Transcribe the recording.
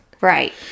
right